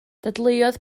dadleuodd